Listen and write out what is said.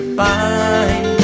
find